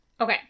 Okay